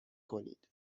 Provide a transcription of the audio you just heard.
کنید